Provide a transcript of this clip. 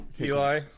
Eli